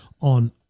on